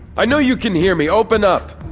i know you can hear me open up!